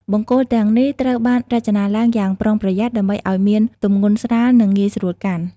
បង្គោលទាំងនេះត្រូវបានរចនាឡើងយ៉ាងប្រុងប្រយ័ត្នដើម្បីឱ្យមានទម្ងន់ស្រាលនិងងាយស្រួលកាន់។